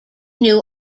knew